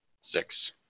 Six